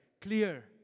clear